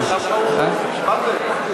היו לו שמונה דקות לפני 20 דקות.